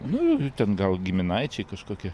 nu ten gal giminaičiai kažkokie